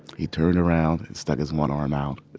he turned around and stuck his one arm out,